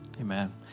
Amen